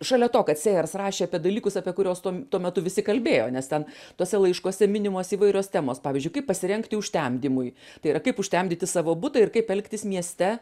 šalia to kad sėjers rašė apie dalykus apie kuriuos tuo metu visi kalbėjo nes ten tuose laiškuose minimos įvairios temos pavyzdžiui kaip pasirengti užtemdymui tai yra kaip užtemdyti savo butą ir kaip elgtis mieste